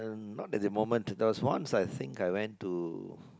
not at the moment because once I think I went to